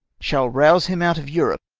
shall rouse him out of europe,